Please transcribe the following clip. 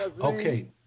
Okay